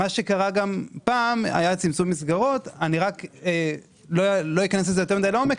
ואני לא אכנס לעומק,